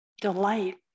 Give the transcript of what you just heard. delight